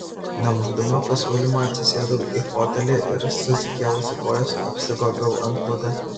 nelaukdama pasiūlymo atsisėdau į fotelį ir susikėlusi kojas apsigobiau antklode